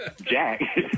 Jack